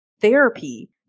therapy